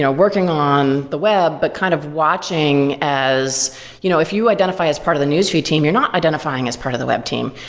working on the web, but kind of watching as you know if you identify as part of the newsfeed team, you're not identifying as part of the web team.